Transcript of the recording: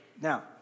Now